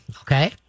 okay